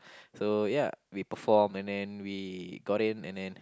so ya we perform and then we got in and then